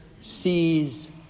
sees